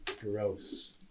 Gross